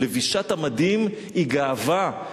לבישת המדים היא גאווה,